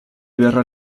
verrà